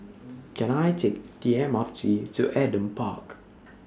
Can I Take The M R T to Adam Park